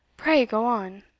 pray go on.